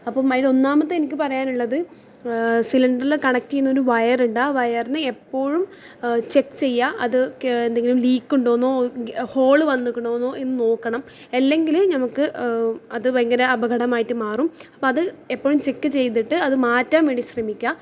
അപ്പം അതിലൊന്നാമത്തെ എനിക്ക് പറയാനുള്ളത് സിലിണ്ടറിൽ കണക്റ്റ് ചെയ്യുന്ന ഒരു വയറുണ്ട് ആ വയറിനെ എപ്പോഴും ചെക്ക് ചെയ്യുക അത് എന്തെങ്കിലും ലീക്ക് ഉണ്ടോന്നോ ഹോള് വന്ന്ക്കണോന്നോ എന്ന് നോക്കണം അല്ലെങ്കിൽ നമ്മൾക്ക് അത് ഭയങ്കര അപകടമായിട്ട് മാറും അപ്പം അത് എപ്പോഴും ചെക്ക് ചെയ്തിട്ട് അത് മാറ്റാൻ വേണ്ടി ശ്രമിക്കുക